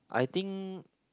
I think